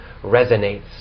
resonates